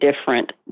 different